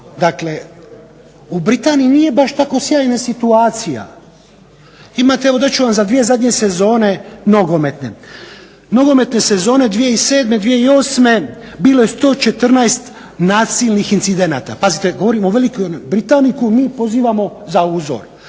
dakle u Britaniji nije baš tako sjajna situacija. Imate, evo dat ću vam za dvije zadnje sezone nogometne. Nogometne sezone 2007./2008. bilo je 114 nasilnih incidenata. Pazite govorimo o Velikoj Britaniji koju mi pozivamo za uzor.